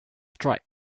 strike